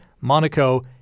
Monaco